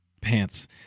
pants